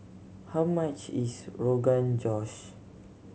how much is Rogan Josh